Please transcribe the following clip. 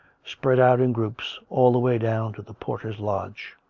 spread out in groups, all the way down to the porter's lodge.